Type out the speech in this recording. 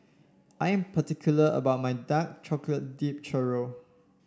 I am particular about my Dark Chocolate Dipped Churro